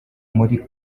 muri